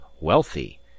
wealthy